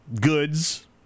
goods